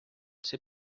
ser